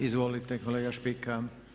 Izvolite kolega Špika.